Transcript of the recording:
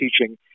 teaching